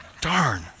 darn